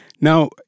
Now